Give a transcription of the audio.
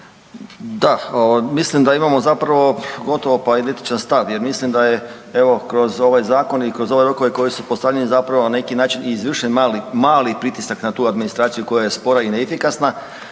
Da, mislim da imamo zapravo gotovo pa identičan stav jer mislim da je evo kroz ovaj zakon i kroz ove rokove koji su postavljeni zapravo na neki način i izvršen mali, mali pritisak na tu administraciju koja je spora i neefikasna,